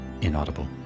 inaudible